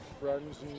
friends